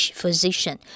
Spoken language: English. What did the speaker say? physician